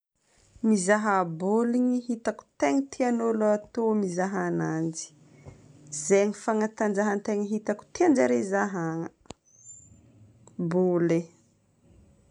Mizaha baoligny, hitako tegna tian'ny ologna ato mizaha ananjy. Zay no fanatanjahan-tegna hitako tian-jare zahana. Baoly e.